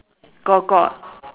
got got